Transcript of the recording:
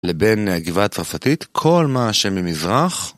לבין הגבעה הצרפתית כל מה שממזרח